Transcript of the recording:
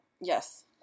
Yes